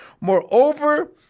Moreover